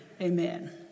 Amen